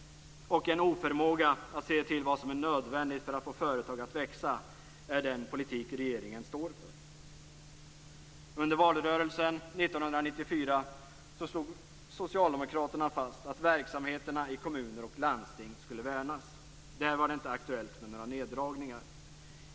- och en oförmåga att se till vad som är nödvändigt för att få företag att växa är den politik som regeringen står för. Under valrörelsen 1994 slog Socialdemokraterna fast att verksamheterna i kommuner och landsting skulle värnas. Där var det inte aktuellt med några neddragningar.